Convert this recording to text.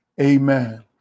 amen